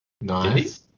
Nice